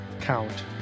count